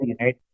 right